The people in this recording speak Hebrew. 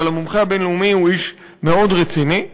אבל המומחה הבין-לאומי הוא איש מאוד רציני,